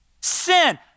sin